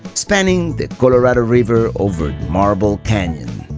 spanning the colorado river over marble canyon.